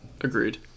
Agreed